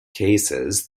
cases